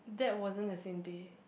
that wasn't the same day